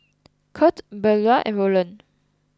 Kurt Beula and Roland